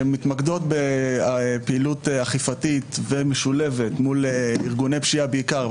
שמתמקדות בפעילות אכיפתית ומשולבת מול ארגוני פשיעה בעיקר,